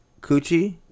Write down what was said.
Coochie